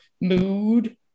mood